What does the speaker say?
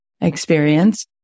experience